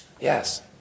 Yes